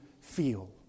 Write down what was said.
feel